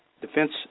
Defense